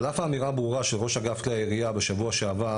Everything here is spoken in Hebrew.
על אף האמירה הברורה של ראש אגף כלי הירייה בשבוע שעבר,